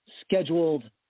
scheduled